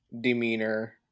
demeanor